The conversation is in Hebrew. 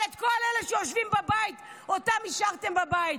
אבל את כל אלה שיושבים בבית, אותם השארתם בבית.